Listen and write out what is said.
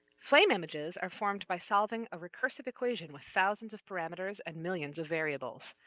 flame images are formed by solving a recursive equation with thousands of parameters and millions of variables.